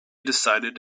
decided